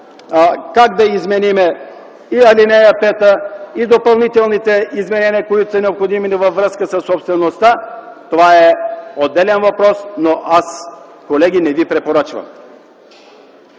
как да изменим и ал. 5, и допълнителните изменения, които са необходими във връзка със собствеността, това е отделен въпрос. Но, колеги, аз не ви препоръчвам.